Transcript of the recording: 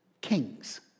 Kings